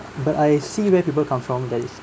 but I see where people come from that is